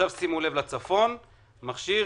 בצפון מכשיר